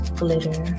glitter